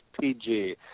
PG